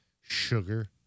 sugar